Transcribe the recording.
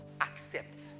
accept